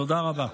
תודה רבה.